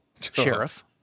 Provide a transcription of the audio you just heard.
sheriff